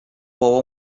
بابا